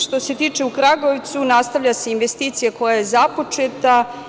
Što se tiče u Kragujevca, nastavlja se investicija koja je započeta.